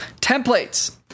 templates